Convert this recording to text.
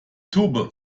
tube